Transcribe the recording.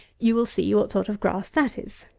you will see what sort of grass that is.